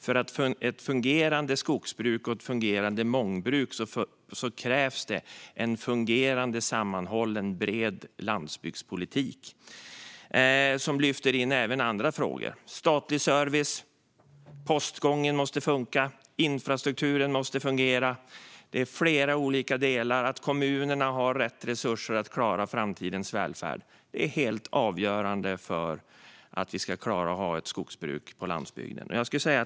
För ett fungerande skogsbruk och ett fungerande mångbruk krävs det en fungerande sammanhållen bred landsbygdspolitik som lyfter in även andra frågor. Det handlar om statlig service. Postgången måste fungera, och infrastrukturen måste fungera. Det är flera olika delar. Det handlar om att kommunerna har rätt resurser att klara framtidens välfärd. Det är helt avgörande för att vi ska klara att ha ett skogsbruk på landsbygden.